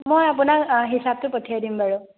মই আপোনাক হিচাপটো পঠিয়াই দিম বাৰু